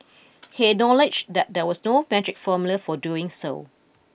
he acknowledged that there was no magic formula for doing so